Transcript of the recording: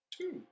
Two